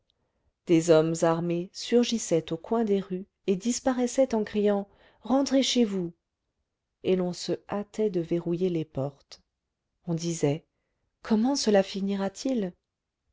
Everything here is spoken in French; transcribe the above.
des hommes armés surgissaient au coin des rues et disparaissaient en criant rentrez chez vous et l'on se hâtait de verrouiller les portes on disait comment cela